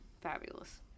Fabulous